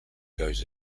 goes